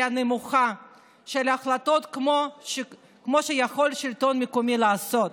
נמוכה של החלטות כמו שיכול שלטון מקומי לעשות.